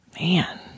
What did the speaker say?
man